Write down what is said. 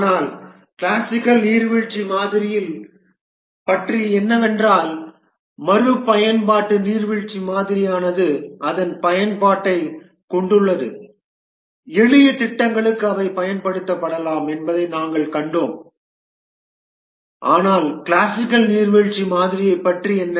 ஆனால் கிளாசிக்கல் நீர்வீழ்ச்சி மாதிரியைப் பற்றி என்னவென்றால் மறுபயன்பாட்டு நீர்வீழ்ச்சி மாதிரியானது அதன் பயன்பாட்டைக் கொண்டுள்ளது எளிய திட்டங்களுக்கு அவை பயன்படுத்தப்படலாம் என்பதை நாங்கள் கண்டோம் ஆனால் கிளாசிக்கல் நீர்வீழ்ச்சி மாதிரியைப் பற்றி என்ன